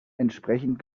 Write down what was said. entsprechend